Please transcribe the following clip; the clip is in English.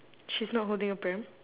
she's not holding a pram